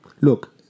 look